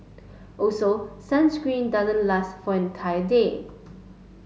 also sunscreen doesn't last for an entire day